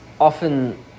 often